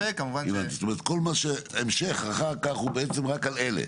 וכל ההמשך אחר כך הוא בעצם רק על אלה?